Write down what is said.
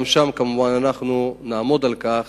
גם שם, כמובן, אנחנו נעמוד על כך